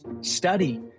study